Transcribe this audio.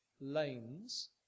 lanes